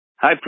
Hi